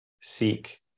seek